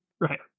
Right